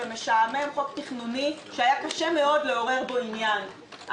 ופתרון יותר לעומק שמצריך,